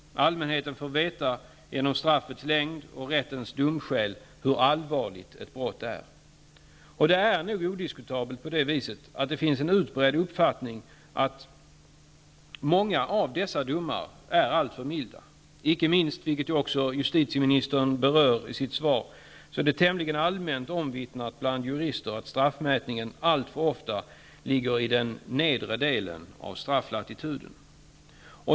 Allmänheten får veta -- genom straffets längd och rättens domskäl -- hur allvarligt ett brott är. Det är nog odiskutabelt på det viset, att det finns en utbredd uppfattning om att många av dessa domar är alltför milda. Icke minst, vilket justitieministern berör i sitt svar, är det tämligen allmänt omvittnat bland jurister att straffmätningen alltför ofta ligger i den nedre delen av strafflatituden.